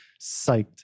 psyched